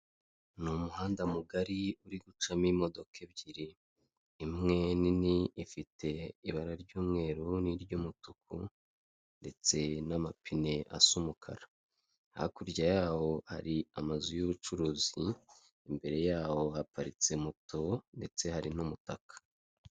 Urabibona ko rwambaye amakoti y'icyatsi, rwiganjemo inkumi n'abasore, ubona ko bari kumwe n'abandi bantu bambaye nk'abanyonzi. Harimo daso zishinzwe umutekano mu mujyi wa Kigali, basa nk'abitabiriye ibindi bintu runaka bari kumva.